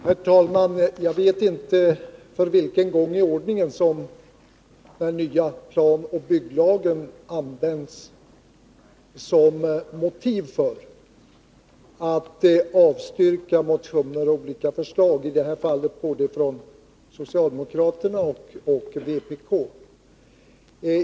Herr talman! Jag vet inte för vilken gång i ordningen som man använder den nya planoch bygglagen som motiv för att avstyrka motioner och olika förslag, i det här fallet både från socialdemokraterna och vpk.